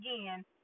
again